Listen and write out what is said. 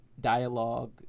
dialogue